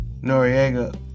Noriega